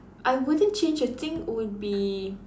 I wouldn't change a thing would be